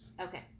Okay